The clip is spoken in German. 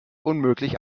unmöglich